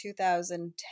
2010